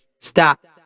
stop